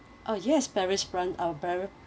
uh yes paris france out pa~